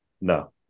No